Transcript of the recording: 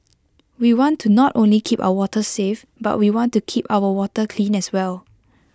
we want to not only keep our waters safe but we want to keep our water clean as well